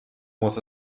muss